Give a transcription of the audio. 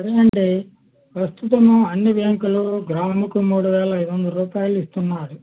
సరేనండీ ప్రస్తుతము అన్ని బ్యాంకులు గ్రాముకి మూడు వేల ఐదు వందలు రూపాయలు ఇస్తున్నారు